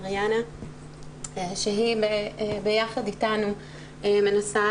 שהיא ביחד איתנו מנסה